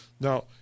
Now